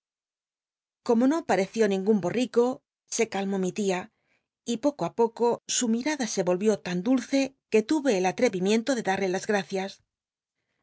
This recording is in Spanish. como no pa reció ningun bol'l'ico se calmó mi tia y poco í poco su mirada se i'o hiú tan dulce que lu c el atre'imienlo de dal'lc las gracias